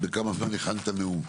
לכמה זמן הכנת נאום?